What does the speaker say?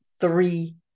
three